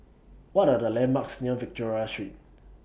What Are The landmarks near Victoria Street